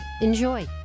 Enjoy